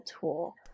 tool